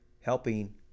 Helping